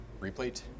replate